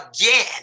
again